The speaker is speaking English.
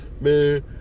Man